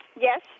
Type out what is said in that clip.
Yes